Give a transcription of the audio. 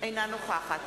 אינה נוכחת